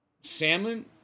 salmon